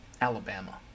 Alabama